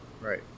Right